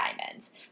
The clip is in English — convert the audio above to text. diamonds